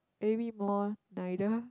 maybe more neither